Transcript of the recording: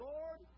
Lord